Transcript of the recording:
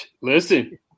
Listen